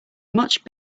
much